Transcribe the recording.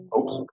Oops